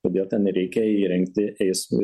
todėl ten ir reikia įrengti eismo